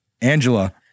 Angela